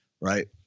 right